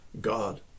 God